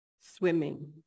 swimming